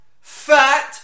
fat